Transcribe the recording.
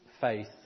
faith